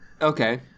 Okay